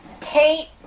Kate